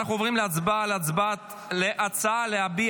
אנחנו עוברים להצבעה על הצעה להביא